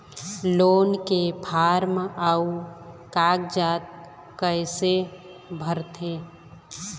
Loan के form अऊ कागजात कइसे भरथें?